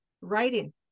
writing